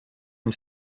and